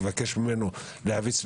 לבקש ממנו להפיץ,